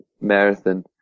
marathon